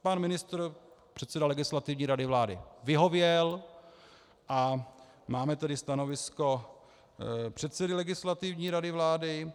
Pan ministr, předseda Legislativní rady vlády vyhověl a máme tady stanovisko předsedy Legislativní rady vlády.